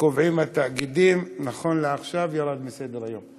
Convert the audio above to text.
שקובעים התאגידים, נכון לעכשיו, זה ירד מסדר-היום.